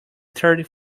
thirty